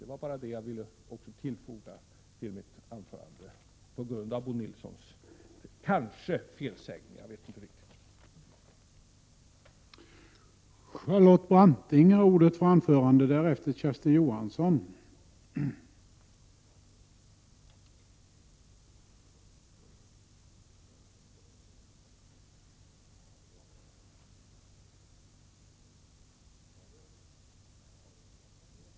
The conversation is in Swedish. Det var bara det jag ville tillfoga i mitt anförande — på grund av vad som kanske var en felsägning av Bo Nilsson.